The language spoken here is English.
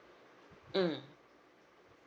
mm